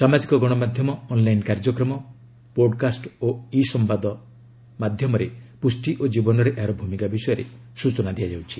ସାମାଜିକ ଗଣମାଧ୍ୟମ ଅନଲାଇନ୍ କାର୍ଯ୍ୟକ୍ରମ ପୋଡ୍କାଷ୍ଟ ଓ ଇ ସମ୍ବାଦ ମାଧ୍ୟମରେ ପୁଷ୍ଟି ଓ ଜୀବନରେ ଏହାର ଭୂମିକା ବିଷୟରେ ସ୍ବଚନା ପ୍ରଦାନ କରାଯିବ